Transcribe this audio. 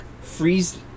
freeze